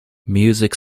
music